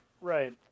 Right